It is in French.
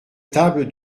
table